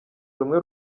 rumwe